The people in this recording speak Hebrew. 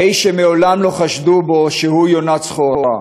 איש שמעולם לא חשדו בו שהוא יונה צחורה,